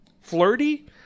flirty